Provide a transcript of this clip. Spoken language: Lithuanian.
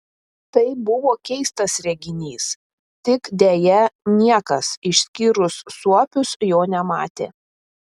tai buvo keistas reginys tik deja niekas išskyrus suopius jo nematė